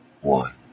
one